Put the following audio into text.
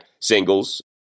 singles